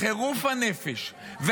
מחירוף הנפש -- תודה.